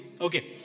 Okay